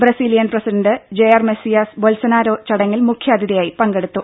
Brazilian president Jair Messias Bolsonaro ചടങ്ങിൽ മുഖ്യാതിഥിയായി പങ്കെടുത്തു